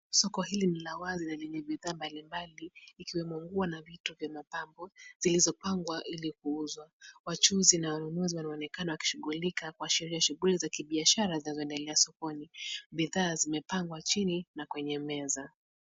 Soko hili ni la wazi lenye bidhaa mbalimbali ikiwemo nguo na vitu vya mapambo zilizopangwa ili kuuzwa. Wachuuzi na wanunuzi wanaonekana wakishughulika kuashiria shughuli za kibiashara zinazoendelea sokoni. Bidhaa zimepangwa chini na kwenye meza.